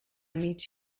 meet